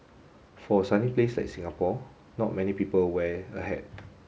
for a sunny place like Singapore not many people wear a hat